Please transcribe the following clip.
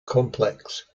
complex